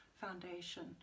foundation